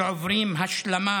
שעוברים השלמה